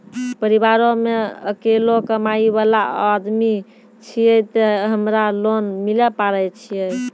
परिवारों मे अकेलो कमाई वाला आदमी छियै ते हमरा लोन मिले पारे छियै?